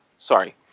Sorry